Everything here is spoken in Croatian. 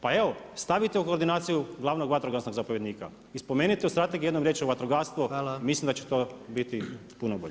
Pa evo stavite u koordinaciju, glavnog vatrogasnog zapovjednika i spomenite u strategiji jednu riječ o vatrogastvu, mislim da će to biti puno bolje.